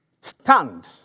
stand